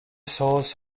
sauce